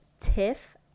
Tiff